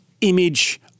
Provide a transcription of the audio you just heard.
image